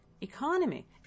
economy